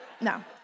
No